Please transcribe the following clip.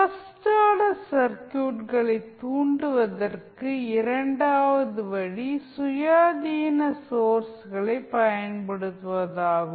first order சர்க்யூட்களை தூண்டுவதற்கு இரண்டாவது வழி சுயாதீன ஸோர்ஸ்களை பயன்படுத்துவதாகும்